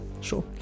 Sure